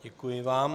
Děkuji vám.